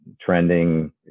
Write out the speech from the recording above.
trending